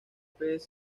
pez